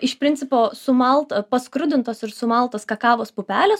iš principo sumalt paskrudintos ir sumaltos kakavos pupelės